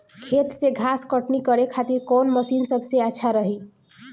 खेत से घास कटनी करे खातिर कौन मशीन सबसे अच्छा रही?